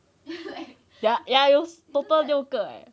ya ya total 六个 leh